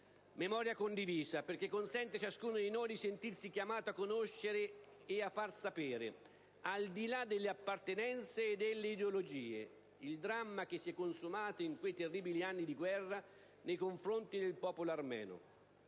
Memoria condivisa, perché consente a ciascuno di noi di sentirsi chiamato a conoscere e a far sapere, al di là delle appartenenze e delle ideologie, il dramma che si è consumato in quei terribili anni di guerra nei confronti del popolo armeno.